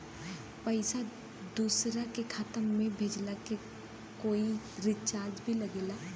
पैसा दोसरा के खाता मे भेजला के कोई चार्ज भी लागेला?